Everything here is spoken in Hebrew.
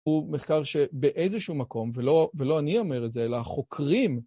הוא מחקר שבאיזשהו מקום, ולא אני אומר את זה, אלא החוקרים,